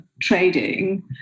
trading